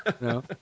No